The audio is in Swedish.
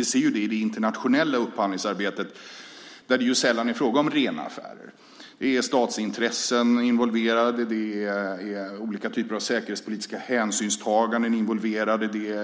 Det ser vi i det internationella upphandlingsarbetet, där det sällan är fråga om rena affärer. Det är statsintressen involverade. Det finns olika typer av säkerhetspolitiska hänsynstaganden,